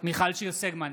מיכל שיר סגמן,